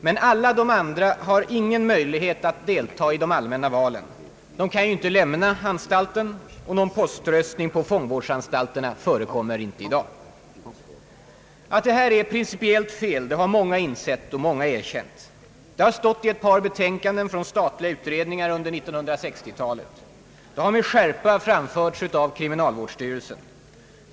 Men alla de andra har ingen möjlighet att delta i de allmänna valen — de kan ju inte lämna anstalten, och någon poströstning på fångvårdsanstalterna förekommer inte i dag. Att detta är principiellt fel har många insett och erkänt. Det har stått i ett par betänkanden från statliga utredningar under 1960-talet. Det har med skärpa framförts av kriminalvårdsstyrelsen.